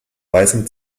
weißem